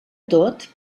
tot